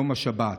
יום השבת.